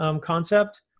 concept